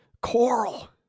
Coral